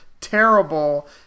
terrible